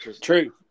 true